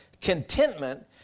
Contentment